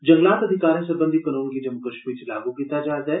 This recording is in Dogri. जंगलात अधिकारें सरबंधी कानून गी जम्मू कश्मीर च लागू कीता जा'रदा ऐ